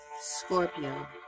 Scorpio